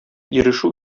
ирешү